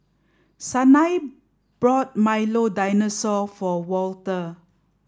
Sanai brought Milo Dinosaur for Walter